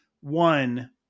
One